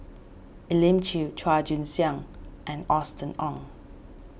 Elim Chew Chua Joon Siang and Austen Ong